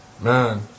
Man